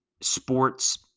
sports